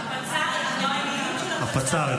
--- המדיניות של הפצ"ר.